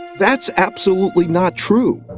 that's absolutely not true.